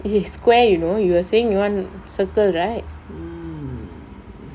is a square you know you were saying you want circle right